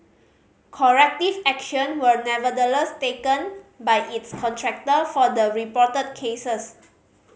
corrective action were nevertheless taken by its contractor for the reported cases